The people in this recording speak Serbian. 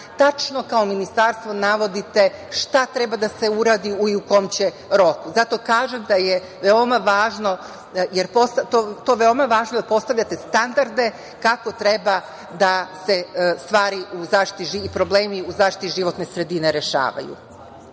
Tačno kao Ministarstvo navodite šta treba da se uradi i u kom će roku. Zato kažem da je to veoma važno, jer postavljate standarde kako treba da se stvari i problemi u zaštiti životne sredine rešavaju. Kada